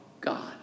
God